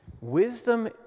Wisdom